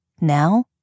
Now